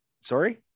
Sorry